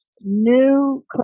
new